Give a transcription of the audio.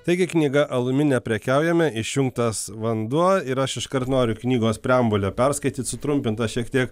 taigi knyga alumi neprekiaujame išjungtas vanduo ir aš iškart noriu knygos preambulę perskaityt sutrumpintą šiek tiek